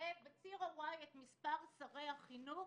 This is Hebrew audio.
ובציר ה-Y את מספר שרי החינוך